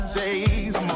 days